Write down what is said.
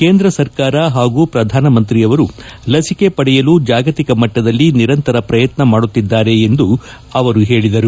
ಕೇಂದ್ರ ಸರ್ಕಾರ ಹಾಗೂ ಪ್ರಧಾನಮಂತ್ರಿ ಅವರು ಲಸಿಕೆ ಪಡೆಯಲು ಜಾಗತಿಕ ಮಟ್ಟದಲ್ಲಿ ನಿರಂತರ ಪ್ರಯತ್ನ ಮಾಡುತ್ತಿದ್ದಾರೆ ಎಂದು ಹೇಳಿದರು